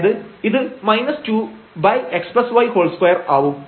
അതായത് ഇത് 2xy2 ആവും